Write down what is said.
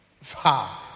Far